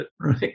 Right